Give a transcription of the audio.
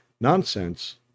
nonsense